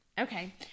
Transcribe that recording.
Okay